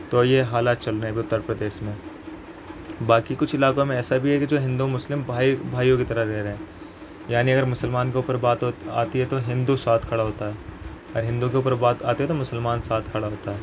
تو یہ حالات چل رہے ہیں ابھی اتّر پردیش میں باقی کچھ علاقوں میں ایسا بھی ہے کہ جو ہندو مسلم بھائیوں کی طرح رہ رہے ہیں یعنی اگر مسلمان کے اوپر بات آتی ہے تو ہندو ساتھ کھڑا ہوتا ہے اور ہندو کے اوپر بات آتی ہے تو مسلمان ساتھ کھڑا ہوتا ہے